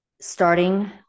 starting